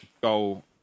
goal